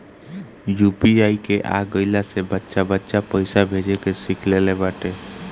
UPI के आ गईला से बच्चा बच्चा पईसा भेजे के सिख लेले बाटे